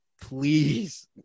Please